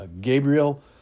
Gabriel